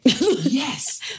yes